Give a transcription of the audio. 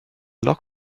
log